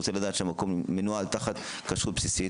הוא רוצה לדעת שהמקום מנוהל תחת כשרות בסיסית,